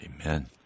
Amen